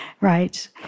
right